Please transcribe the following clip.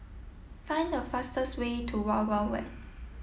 find the fastest way to Wild Wild Wet